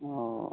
हाँ